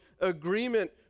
agreement